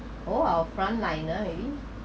all our front liner maybe